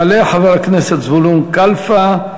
יעלה חבר הכנסת זבולון קלפה,